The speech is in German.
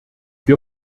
wir